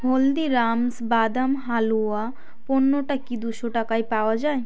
হলদিরামস বাদাম হালুয়া পণ্যটা কি দুশো টাকায় পাওয়া যায়